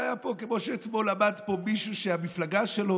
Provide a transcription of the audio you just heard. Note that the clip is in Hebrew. כמו שאתמול עמד פה מישהו שהמפלגה שלו,